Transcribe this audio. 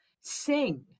sing